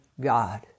God